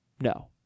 No